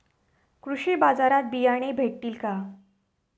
कृषी बाजारात बियाणे भेटतील का?